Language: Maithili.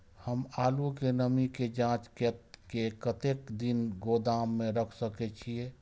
हम आलू के नमी के जाँच के कतेक दिन गोदाम में रख सके छीए?